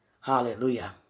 Hallelujah